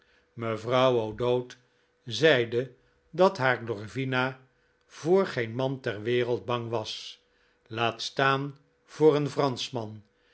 mevrouw o'dowd zeide dat haar glorvina voor geen man ter wereld bang was laat staan voor een franschman